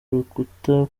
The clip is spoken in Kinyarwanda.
urukuta